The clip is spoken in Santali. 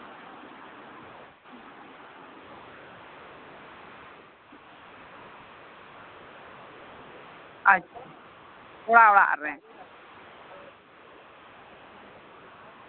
ᱟᱪᱪᱷᱟ ᱠᱚᱲᱟ ᱚᱲᱟᱜ ᱨᱮ